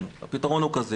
הפתרון הוא כזה,